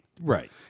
Right